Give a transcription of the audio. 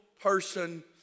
person